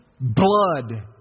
blood